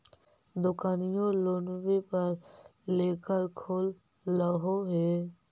दोकनिओ लोनवे पर लेकर खोललहो हे?